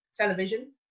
television